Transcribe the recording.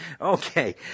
Okay